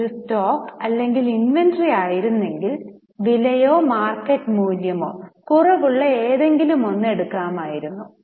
ഇത് ഒരു സ്റ്റോക്ക് അല്ലെങ്കിൽ ഇൻവെന്ററി ആയിരുന്നെങ്കിൽ വിലയോ മാർക്കറ്റ് മൂല്യമോ കുറവുള്ള ഏതെങ്കിലുമൊന്ന് എടുക്കുമായിരുന്നു